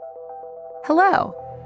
Hello